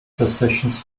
decisions